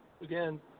again